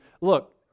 look